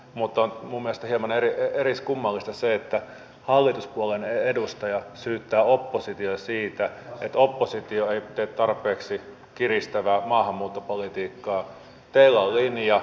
mutta lumesta ja maneerit ja eriskummallista nykyinen hallitus on onneksi ottanut yhdeksi tehtäväkseen kuntatalouden vahvistamisen ja myös asettanut kuntataloutta koskevan tasapainon tavoitteet